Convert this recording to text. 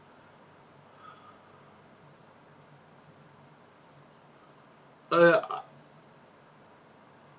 !aiya! I